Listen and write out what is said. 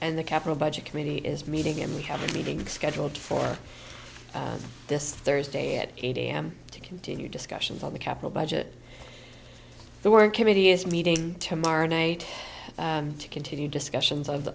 and the capital budget committee is meeting and we have a meeting scheduled for this thursday at eight am to continue discussions on the capital budget the work committee is meeting tomorrow night to continue discussions of